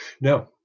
No